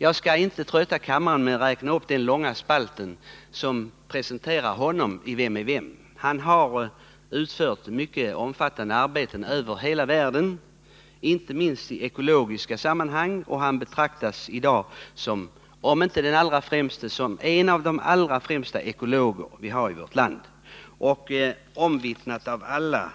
Jag skall inte trötta kammarens ledamöter med att läsa upp den långa presentationen av Per Brinck i Vem är det, utan jag nöjer mig med att säga att han har utfört mycket omfattande arbeten inte minst i ekologiska sammanhang över hela världen och att han i dag betraktas som en av vårt lands allra främsta ekologer. Det är dessutom omvittnat av alla att